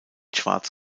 schwarz